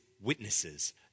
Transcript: witnesses